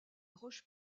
roche